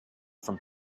from